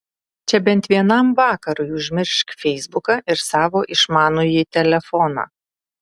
čia bent vienam vakarui užmiršk feisbuką ir savo išmanųjį telefoną